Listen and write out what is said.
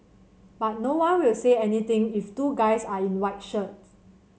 but no one will say anything if two guys are in white shirts